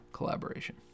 collaboration